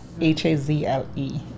H-A-Z-L-E